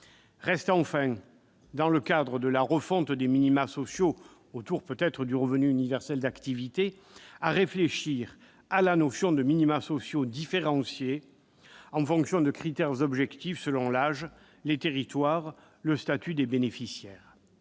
Reste enfin, dans le cadre de la refonte des minima sociaux autour peut-être du revenu universel d'activité, à réfléchir à la notion de minima sociaux différenciés en fonction de critères objectifs selon l'âge, les territoires, le statut des bénéficiaires.